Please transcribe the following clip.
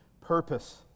purpose